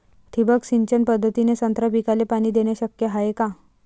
ठिबक सिंचन पद्धतीने संत्रा पिकाले पाणी देणे शक्य हाये का?